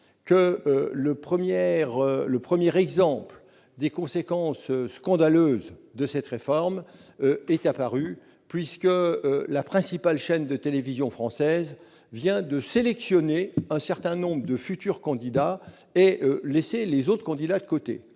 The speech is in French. hier la première des conséquences scandaleuses de cette réforme, puisque la principale chaîne de télévision française vient de sélectionner un certain nombre de futurs candidats, laissant les autres de côté.